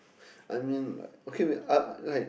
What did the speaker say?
I mean like okay wait I like